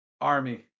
army